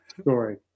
story